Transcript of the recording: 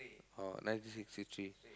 uh nineteen sixty three